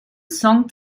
song